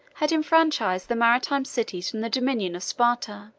had enfranchised the maritime cities from the dominion of sparta